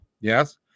yes